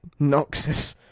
Noxus